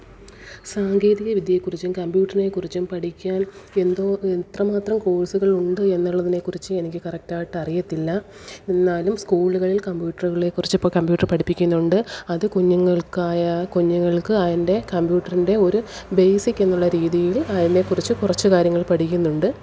സാങ്കേതികവിദ്യയെ കുറിച്ചും കമ്പ്യൂട്ടറിനെ കുറിച്ചും പഠിക്കാൻ എന്തോ എത്രമാത്രം കോഴ്സുകളുണ്ട് എന്നുള്ളതിനെ കുറിച്ച് എനിക്ക് കറക്റ്റായിട്ട് അറിയത്തില്ല എന്നാലും സ്കൂളുകളില് കമ്പ്യൂട്ടറുകളെ കുറിച്ച് ഇപ്പം കമ്പ്യൂട്ടർ പഠിപ്പിക്കുന്നുണ്ട് അത് കുഞ്ഞുങ്ങള്ക്ക് കുഞ്ഞുങ്ങള്ക്ക് അതിന്റെ കമ്പ്യൂട്ടറിന്റെ ഒരു ബേസിക്കെന്നുള്ള രീതിയിൽ അതിനെ കുറിച്ച് കുറച്ച് കാര്യങ്ങള് പഠിക്കുന്നുണ്ട്